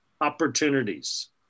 opportunities